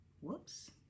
Whoops